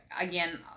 again